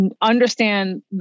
understand